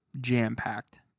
jam-packed